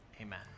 amen